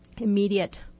immediate